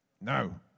no